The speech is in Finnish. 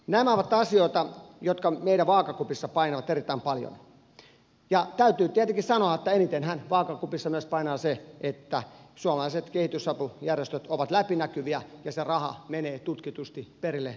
nämä ovat asioita jotka meidän vaakakupissa painavat erittäin paljon ja täytyy tietenkin sanoa että enitenhän vaakakupissa myös painaa se että suomalaiset kehitysapujärjestöt ovat läpinäkyviä ja sitä rahaa menee tutkitusti perille saakka